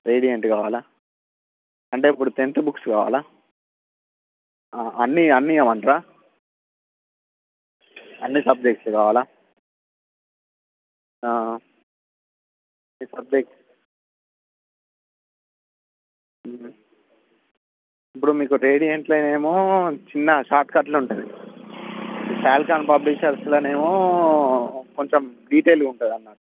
radiant కావాలా అంటే ఇప్పుడు టెన్త్ బుక్స్ కావాలా అన్ని అన్ని ఇవ్వమంటారా అన్ని సబ్జెక్ట్స్ కావాలా ఆ ఏ సబ్జెక్ట్స్ అ ఇప్పుడు మీకు రేడింట్లనేమో చిన్న షార్ట్కట్లు ఉంటుంది ఫాల్కాన్ పబ్లిషర్స్లనేమో కొంచెం డీటెయిల్గా ఉంటుందన్నట్టు